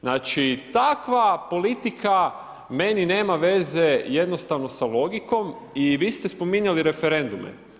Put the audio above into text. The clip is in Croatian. Znači takva politika meni nema veze jednostavno sa logikom i vi ste spominjali referendume.